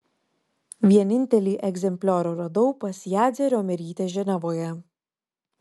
vienintelį egzempliorių radau pas jadzią riomerytę ženevoje